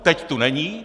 Teď tu není.